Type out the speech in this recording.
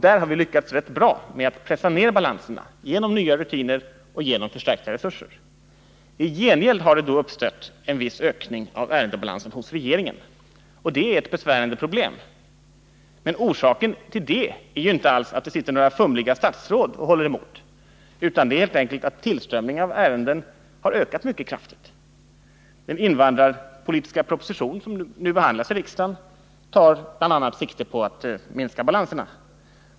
Där har man lyckats ganska bra med att pressa ned balanserna genom nya rutiner och förstärkta resurser. I gengäld har det uppstått en viss ökning av ärendebalansen hos regeringen, och det är ett besvärande problem. Men orsaken till det är inte alls att det sitter några fumliga statsråd och håller emot, utan orsaken är helt enkelt att tillströmningen av ärenden har ökat mycket kraftigt. Den invandrarpolitiska proposition, som nu behandlas av riksdagen, tar bl.a. sikte på att minska balanserna.